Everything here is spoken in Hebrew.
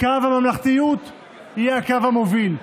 קו הממלכתיות יהיה הקו המוביל,